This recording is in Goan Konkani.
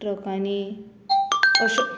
ट्रकांनी अशें